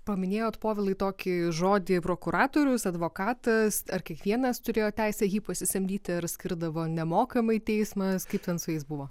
paminėjot povilai tokį žodį prokuratorius advokatas ar kiekvienas turėjo teisę jį pasisamdyti ar skirdavo nemokamai teismas kaip ten su jais buvo